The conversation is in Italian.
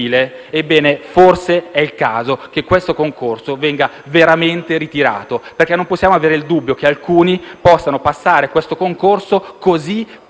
civile, forse è il caso che questo concorso venga veramente ritirato, perché non possiamo avere il dubbio che alcuni possano passare questo concorso così pieno